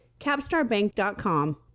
Capstarbank.com